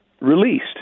released